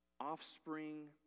offspring